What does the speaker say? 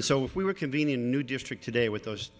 so if we were convening new district today with those